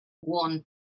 one